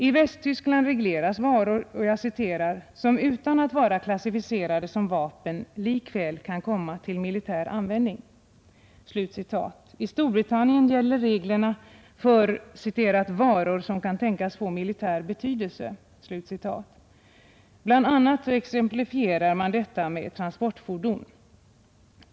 I Västtyskland regleras varor ”som utan att vara klassificerade som vapen likväl kan komma till militär användning”. I Storbritannien gäller reglerna för ”varor som kan tänkas få militär betydelse”. Bl.a. exemplifieras det med transportfordon.